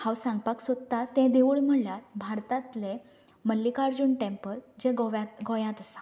हांव सांगपाक सोदता तें देवूळ म्हणल्यार भारतांतले मल्लिकार्जुन टेम्पल जें गोव्यांत गोंयांत आसा